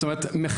זאת אומרת,